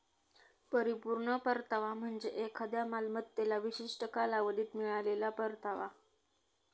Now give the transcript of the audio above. परिपूर्ण परतावा म्हणजे एखाद्या मालमत्तेला विशिष्ट कालावधीत मिळालेला परतावा